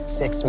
six